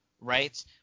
right